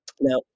now